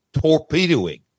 torpedoing